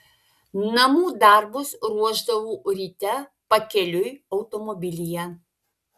namų darbus ruošdavau ryte pakeliui automobilyje